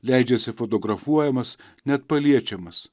leidžiasi fotografuojamas net paliečiamas